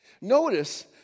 notice